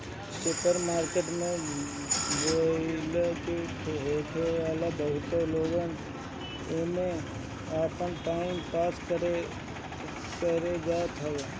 super market में बोरियत ना होखेला बहुते लोग तअ एमे आपन टाइम पास करे जात हवे